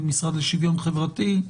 עם המשרד לשוויון חברתי.